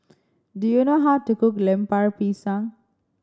do you know how to cook Lemper Pisang